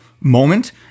moment